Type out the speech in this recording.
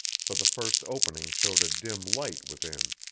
for the first opening showed a dim light within.